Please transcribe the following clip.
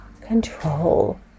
control